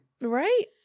right